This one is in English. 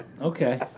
Okay